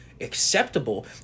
acceptable